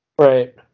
Right